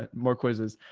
and more quizzes.